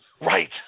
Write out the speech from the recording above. Right